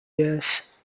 years